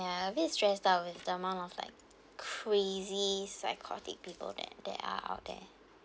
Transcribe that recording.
ya a bit stressed out with the amount of like crazy psychotic people that that are out there